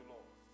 Lord